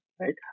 right